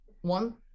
one